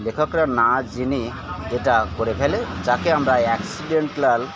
লেখকরা না জেনে এটা করে ফেলে যাকে আমরা অ্যাক্সিডেন্টাল